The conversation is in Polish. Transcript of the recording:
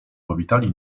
powitali